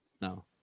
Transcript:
No